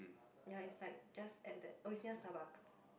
ya is like just at that oh is near Starbucks